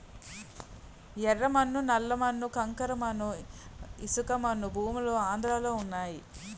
యెర్ర మన్ను నల్ల మన్ను కంకర మన్ను ఇసకమన్ను భూములు ఆంధ్రలో వున్నయి